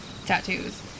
tattoos